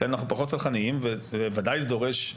לכן אנחנו פחות סלחניים, וזה דורש,